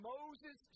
Moses